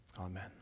Amen